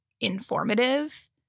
informative